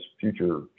future